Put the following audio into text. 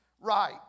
right